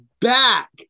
back